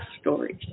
Stories